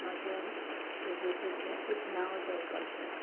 म्हज्या बिझनसाचें एक नांव जावपाक जाय